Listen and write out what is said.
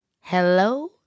Hello